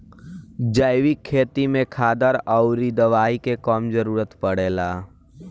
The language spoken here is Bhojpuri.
जैविक खेती में खादर अउरी दवाई के कम जरूरत पड़ेला